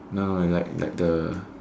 no like like the